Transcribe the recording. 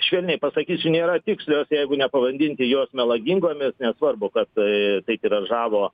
švelniai pasakysiu nėra tikslios jeigu nepavandinti jos melagingomis nesvarbu kad tai tiražavo